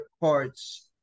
parts